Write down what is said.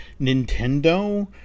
Nintendo